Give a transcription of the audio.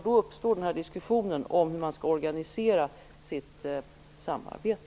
Då uppstår diskussionen om hur man skall organisera sitt samarbete.